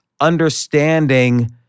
understanding